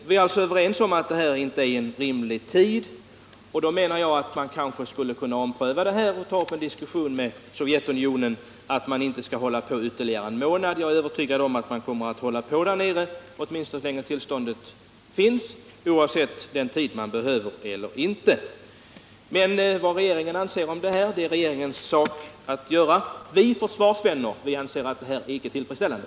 Vi är alltså överens om att tre månader inte är en rimlig tid, och då menar jagatt man kanske skulle kunna ompröva den frågan och ta upp en diskussion med Sovjetunionen. Man borde inte behöva hålla på med bärgningsarbetet ytterligare en månad. Men jag är övertygad om att man kommer att hålla på med arbetet så länge som tillståndet gäller, oavsett vilken tid man egentligen behöver för bärgningen. Det är regeringens sak att göra vad den anser behöver göras. Vi försvarsvänner anser att förhållandena icke är tillfredsställande.